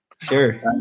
Sure